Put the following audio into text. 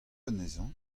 anezhañ